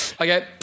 Okay